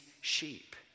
sheep